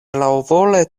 laŭvole